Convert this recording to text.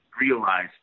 realize